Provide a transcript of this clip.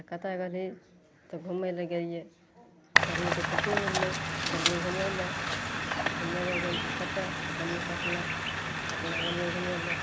कतऽ गेलियै तऽ घूमय लए गेलियै गर्मीके छुट्टी मिललय गेलियै घूमय लए घूमय लए कते तऽ कहलियै पटना पटना गेलियै घूमय लऽ